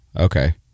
Okay